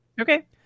okay